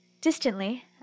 Distantly